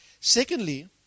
Secondly